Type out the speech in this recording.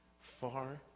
far